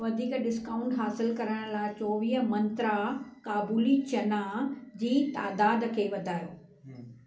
वधीक डिस्काउंट हासिलु करण लाइ चोवीह मंत्रा काबुली चना जी तइदाद खे वधायो